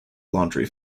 laundry